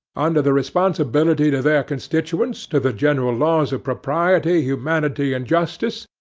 under the responsibility to their constituents, to the general laws of propriety, humanity, and justice,